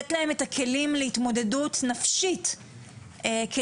לתת להם את הכלים להתמודדות נפשית כדי